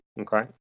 okay